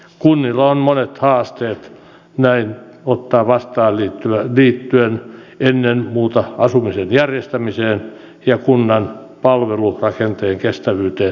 kunnilla on monet haasteet näin ottaa tulijat vastaan liittyen ennen muuta asumisen järjestämiseen ja kunnan palvelurakenteen kestävyyteen ja toimivuuteen